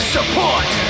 Support